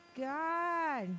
God